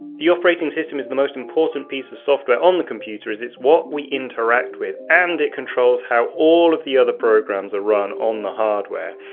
the operating system is the most important piece of software on the computer as it is what we interact with and it controls how all of the other programs are run on the hardware,